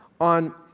on